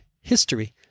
history